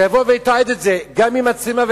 שיבוא ויתעד את זה גם עם מצלמה,